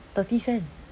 thirty cent